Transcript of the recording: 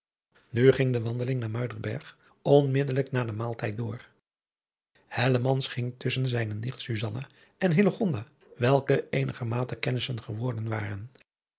nu ging de wandeling naar muiderberg onmiddellijk na den maaltijd door hellemans ging tusschen zijne nicht susanna en hillegonda welke eenigermate kennissen geworden waren